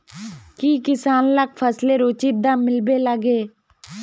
की किसान लाक फसलेर उचित दाम मिलबे लगे?